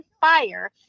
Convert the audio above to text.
fire